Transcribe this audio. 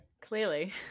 clearly